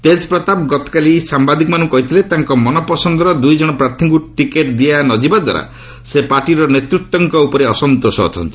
ତେଜ୍ ପ୍ରତାପ ଗତକାଲି ସାମ୍ବାଦିକମାନଙ୍କୁ କହିଥିଲେ ତାଙ୍କ ମନପସନ୍ଦର ଦୁଇ ଜଣ ପ୍ରାର୍ଥୀଙ୍କୁ ଟିକେଟ୍ ଦିଆ ନ ଯିବାଦ୍ୱାରା ସେ ପାର୍ଟିର ନେତୃତ୍ୱଙ୍କ ଉପରେ ଅସନ୍ତୋଷ ଅଛନ୍ତି